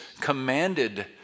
commanded